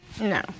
No